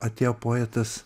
atėjo poetas